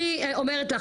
אני אומרת לך,